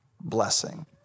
blessing